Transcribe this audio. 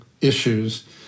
issues